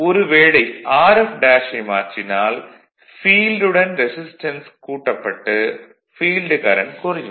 ஒரு வேளை Rfஐ மாற்றினால் ஃபீல்டுடன் ரெசிஸ்டன்ஸ் கூட்டப்பட்டு ஃபீல்டு கரண்ட் குறையும்